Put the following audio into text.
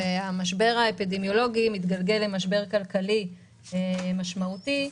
המשבר האפידמיולוגי מתגלגל למשבר כלכלי משמעותי.